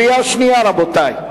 קריאה שנייה, רבותי.